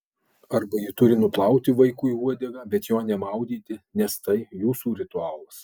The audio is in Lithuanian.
arba ji turi nuplauti vaikui uodegą bet jo nemaudyti nes tai jūsų ritualas